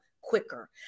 quicker